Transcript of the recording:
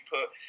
put